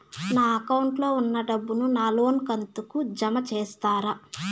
నా అకౌంట్ లో ఉన్న డబ్బును నా లోను కంతు కు జామ చేస్తారా?